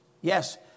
Yes